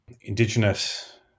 indigenous